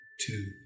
two